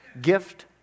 gift